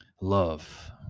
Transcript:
love